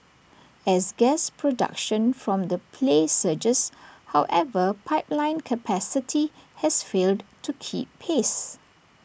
as gas production from the play surges however pipeline capacity has failed to keep pace